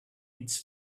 its